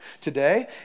Today